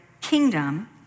kingdom